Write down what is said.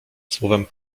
słowem